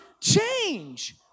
change